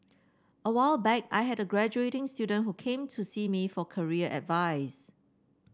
a while back I had a graduating student who came to see me for career advice